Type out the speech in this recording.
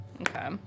Okay